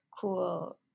cool